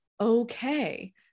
Okay